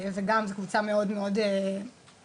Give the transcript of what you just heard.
זו קבוצה שמתמידה,